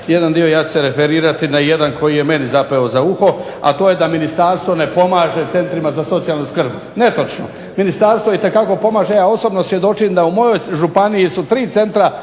jedan dio ja ću se referirati na jedan koji je meni zapeo za uho, a to je da ministarstvo ne pomaže centrima za socijalnu skrb. Netočno. Ministarstvo itekako pomaže ja osobno svjedočim da u mojoj županiji su tri centra